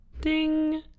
ding